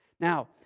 Now